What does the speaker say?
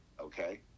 Okay